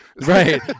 Right